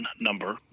number